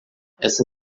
essa